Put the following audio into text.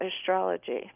astrology